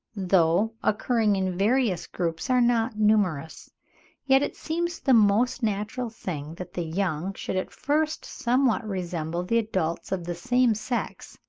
though occurring in various groups, are not numerous yet it seems the most natural thing that the young should at first somewhat resemble the adults of the same sex,